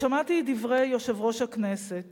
שמעתי את דברי יושב-ראש הכנסת,